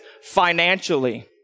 Financially